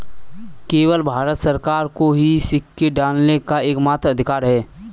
केवल भारत सरकार को ही सिक्के ढालने का एकमात्र अधिकार है